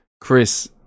Chris